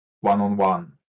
one-on-one